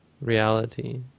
reality